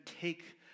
take